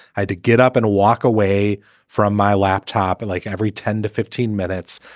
i did get up and walk away from my laptop and like every ten to fifteen minutes.